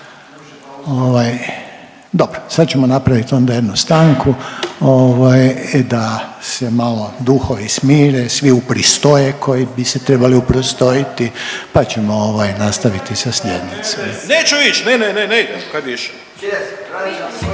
Dobro. Sad ćemo napraviti onda jednu stanku, ovaj da se malo duhovi smire, svi upristoje koji bi se trebali upristojiti pa ćemo ovaj, nastaviti sa sjednicom. **Lenart, Željko (HSS)** Neću ić,